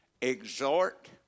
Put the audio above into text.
exhort